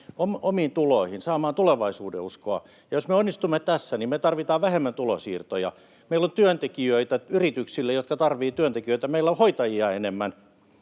omiin tuloihin, saamaan tulevaisuudenuskoa. Jos me onnistumme tässä, niin meillä tarvitaan vähemmän tulonsiirtoja, meillä on työntekijöitä yrityksille, jotka tarvitsevat työntekijöitä, meillä on hoitajia enemmän.